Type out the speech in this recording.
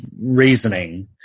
reasoning